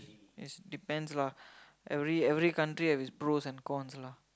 is depends lah every every country have its pros and cons lah